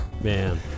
man